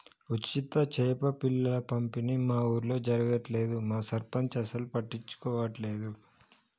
ఉచిత చేప పిల్లల పంపిణీ మా ఊర్లో జరగట్లేదు మా సర్పంచ్ అసలు పట్టించుకోవట్లేదు